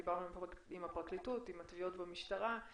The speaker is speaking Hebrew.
דיברנו על הפרקליטות, עם התביעות במשטרה,